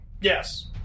Yes